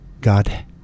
God